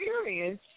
experience